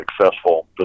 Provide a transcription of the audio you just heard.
successful